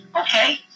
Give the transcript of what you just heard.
okay